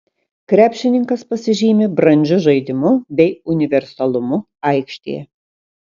krepšininkas pasižymi brandžiu žaidimu bei universalumu aikštėje